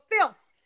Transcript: filth